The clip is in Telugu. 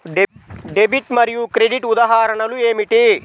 డెబిట్ మరియు క్రెడిట్ ఉదాహరణలు ఏమిటీ?